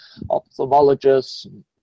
ophthalmologists